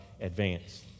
advance